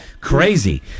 crazy